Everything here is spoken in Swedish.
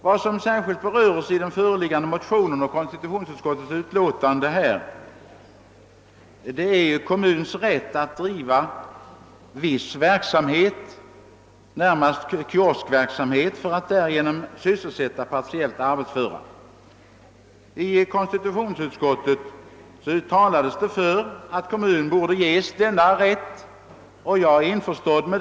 Vad man särskilt uppehåller sig vid i motion II: 472 och i konstitutionsutskottets förevarande utlåtande är kommuns rätt att driva viss verksamhet, närmast kioskrörelse, för att därigenom kunna sysselsätta partiellt arbetsföra. Konstitutionsutskottet har uttalat sig för att kommun borde ges sådan rätt, och detta har jag instämt i.